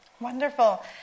Wonderful